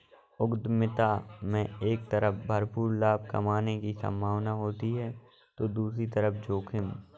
उद्यमिता में एक तरफ भरपूर लाभ कमाने की सम्भावना होती है तो दूसरी तरफ जोखिम